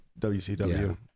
WCW